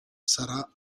sarà